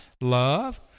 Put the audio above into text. Love